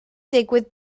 digwydd